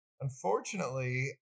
Unfortunately